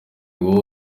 wowe